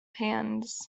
hands